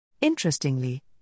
Interestingly